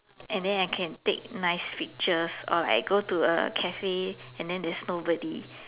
and then I can take nice pictures or like go to a Cafe and then there's nobody